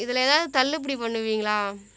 இதில் எதாவது தள்ளுபடி பண்ணுவீங்களா